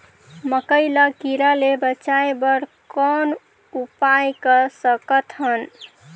मकई ल कीड़ा ले बचाय बर कौन उपाय कर सकत हन?